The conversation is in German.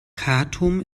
khartum